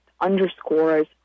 underscores